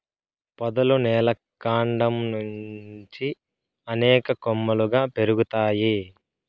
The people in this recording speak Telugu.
పొదలు నేల కాండం నుంచి అనేక కొమ్మలుగా పెరుగుతాయి